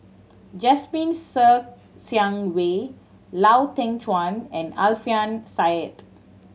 Jasmine Ser Xiang Wei Lau Teng Chuan and Alfian Sa'at